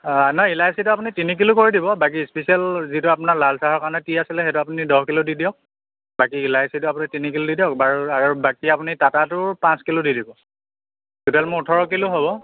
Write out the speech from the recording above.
অ' নহয় ইলাচিটো আপুনি তিনি কিলো কৰি দিব বাকী স্পেচিয়েল যিটো আপোনাৰ লাল চাহৰ কাৰণে টি আছিলে সেইটো আপুনি দহ কিলো দি দিয়ক বাকী ইলাচিটো আপুনি তিনি কিলো দি দিয়ক বাৰু আৰু বাকী আপুনি টাটা টোৰ পাঁচ কিলো দি দিব টোটেল মোৰ ওঠৰ কিলো হ'ব